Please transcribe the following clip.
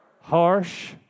harsh